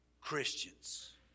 Christians